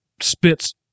spits